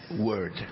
word